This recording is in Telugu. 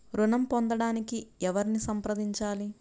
ఋణం పొందటానికి ఎవరిని సంప్రదించాలి?